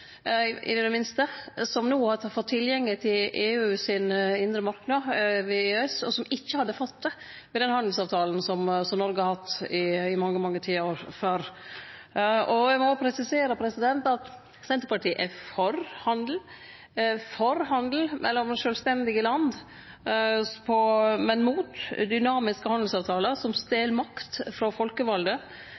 på i det minste ein bedrift som no har fått tilgang til EU sin indre marknad, gjennom EØS, og som ikkje hadde fått det gjennom den handelsavtalen som Noreg har hatt i mange tiår før. Eg må presisere at Senterpartiet er for handel, me er for handel mellom sjølvstendige land, men mot dynamiske handelsavtalar som stel makt frå folkevalde,